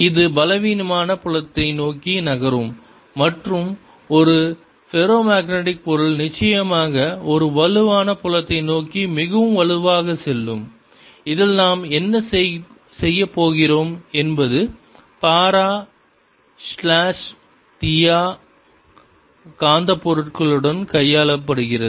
இது பலவீனமான புலத்தை நோக்கி நகரும் மற்றும் ஒரு ஃபெரோமக்னடிக் பொருள் நிச்சயமாக ஒரு வலுவான புலத்தை நோக்கி மிகவும் வலுவாக செல்லும் இதில் நாம் என்ன செய்யப்போகிறோம் என்பது பாரா ஸ்லாஷ் தியா காந்த பொருட்களுடன் கையாளப்படுகிறது